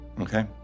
Okay